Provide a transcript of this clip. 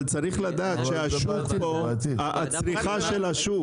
אבל צריך לדעת שהצריכה של השוק,